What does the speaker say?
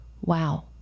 wow